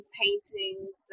paintings